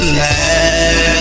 let